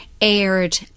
aired